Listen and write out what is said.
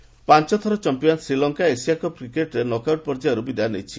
Asia cup ପାଞ୍ଚଥର champion Sri Lanka Asia cup କ୍ରିକେଟ୍ରେ knockout ପର୍ଯ୍ୟାୟରୁ ବିଦାୟ ନେଇଛି